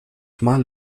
mal